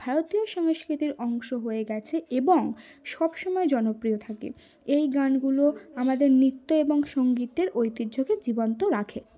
ভারতীয় সংস্কৃতির অংশ হয়ে গেছে এবং সব সমময় জনপ্রিয় থাকে এই গানগুলো আমাদের নৃত্য এবং সঙ্গীতের ঐতিহ্যকে জীবন্ত রাখে